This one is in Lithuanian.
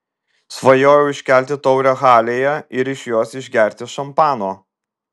svajojau iškelti taurę halėje ir iš jos išgerti šampano